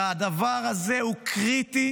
והדבר הזה הוא קריטי